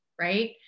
right